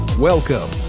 Welcome